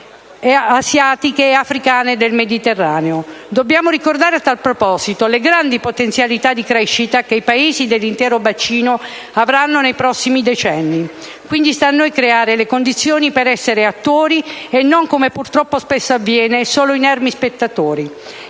e africane del Mediterraneo. Dobbiamo ricordare a tal proposito le grandi potenzialità di crescita che i Paesi dell'intero bacino avranno nei prossimi decenni; quindi, sta a noi creare le condizioni per essere attori e non, come purtroppo spesso avviene, solo inermi spettatori.